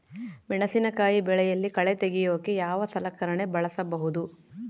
ಮೆಣಸಿನಕಾಯಿ ಬೆಳೆಯಲ್ಲಿ ಕಳೆ ತೆಗಿಯೋಕೆ ಯಾವ ಸಲಕರಣೆ ಬಳಸಬಹುದು?